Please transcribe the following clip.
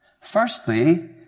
Firstly